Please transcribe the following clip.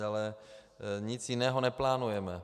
Ale nic jiného neplánujeme.